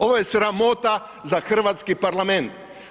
Ovo je sramota za hrvatski parlament.